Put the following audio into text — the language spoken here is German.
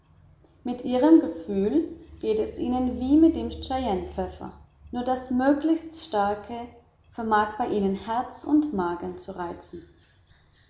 mit ihrem gefühl geht es ihnen wir mit dem cayennepfeffer nur das möglichst starke vermag bei ihnen herz und magen zu reizen